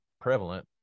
prevalent